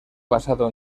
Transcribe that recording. basado